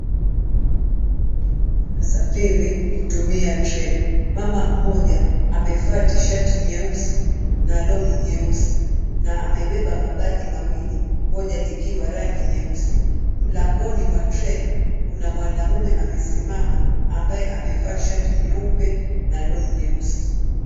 Watu wanasafiri kutumia train mama mmoja amevaa tishati nyeusi na suruali nyeusi na amebeba mabegi mawili moja ikiwa rangi nyeusi, mlangoni mwa [ cs] train kuna mwanamume amesimama ambaye amevaa shati nyeupe na suruali nyeusi.